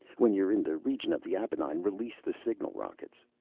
when you're in the region of the appenine, release the signal rockets.